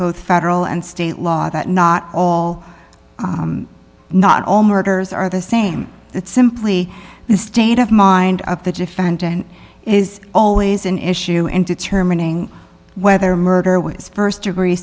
both federal and state law that not all not all murders are the same that simply the state of mind of the defendant is always an issue in determining whether murder was st degree